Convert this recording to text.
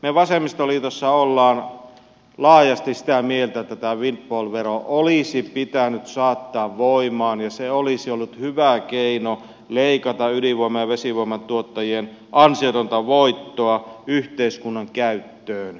me vasemmistoliitossa olemme laajasti sitä mieltä että tämä windfall vero olisi pitänyt saattaa voimaan ja se olisi ollut hyvä keino leikata ydinvoiman ja vesivoiman tuottajien ansiotonta voittoa yhteiskunnan käyttöön